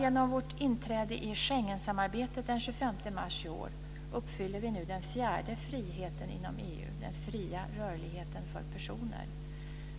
Genom vårt inträde i Schengensamarbetet den 25 mars i år uppfyller vi nu den fjärde friheten inom EU, dvs. den fria rörligheten för personer.